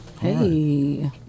Hey